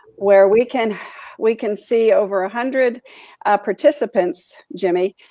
where we can we can see over a hundred participants, jimmy,